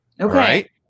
Okay